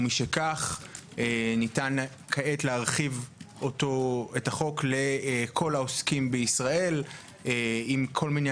ומשכך כעת ניתן להרחיב את החוק לכל העוסקים בישראל עם כל מיני